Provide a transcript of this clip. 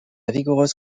vigoureuse